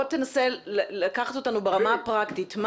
תנסה לקחת אותנו ברמה הפרקטית,